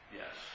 yes